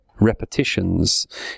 repetitions